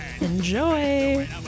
enjoy